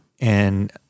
And-